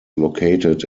located